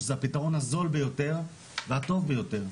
שזה הפתרון הזול ביותר והטוב ביותר.